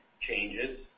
changes